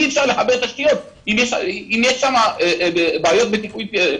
אי אפשר לחבר תשתיות, אם יש שם בעיות בטיחותיות.